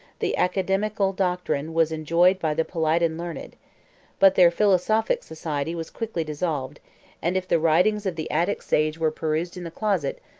the academical doctrine was enjoyed by the polite and learned but their philosophic society was quickly dissolved and if the writings of the attic sage were perused in the closet,